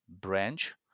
branch